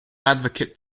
advocate